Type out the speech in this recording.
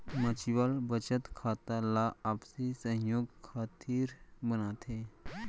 mutual बचत खाता ला आपसी सहयोग खातिर बनाथे